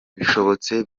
bishobotse